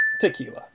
Tequila